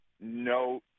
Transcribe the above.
no